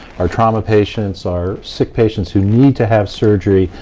our trauma patients, our sick patients who need to have surgery,